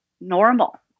normal